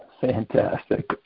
Fantastic